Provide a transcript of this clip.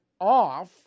off